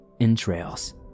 entrails